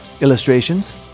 illustrations